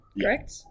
correct